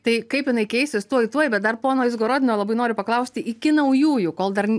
tai kaip jinai keisis tuoj tuoj bet dar pono izgorodino labai noriu paklausti iki naujųjų kol dar